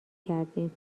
کردیم